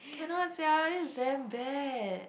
cannot sia this is damn bad